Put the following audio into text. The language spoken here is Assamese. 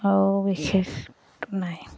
আৰু বিশেষ নাই